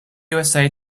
usa